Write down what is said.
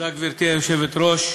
גברתי היושבת-ראש,